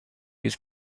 use